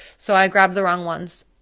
so i grabbed the wrong ones.